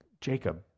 Jacob